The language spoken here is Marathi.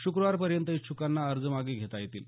श्क्रवार पर्यंत इच्छ्कांना अर्ज मागे घेता येतील